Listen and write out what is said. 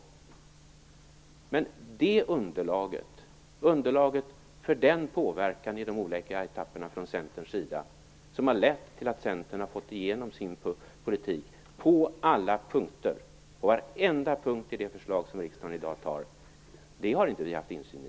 Underlaget för denna påverkan från Centerns sida i de olika etapperna, som har lett till att Centern har fått igenom sin politik på alla punkter, har vi på varenda punkt som riksdagen i dag tar ställning till inte haft insyn i.